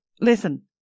listen